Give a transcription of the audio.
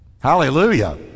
Hallelujah